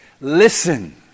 Listen